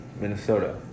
Minnesota